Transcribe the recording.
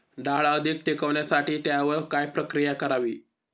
डाळ अधिक टिकवण्यासाठी त्यावर काय प्रक्रिया करावी?